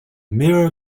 mirror